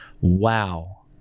Wow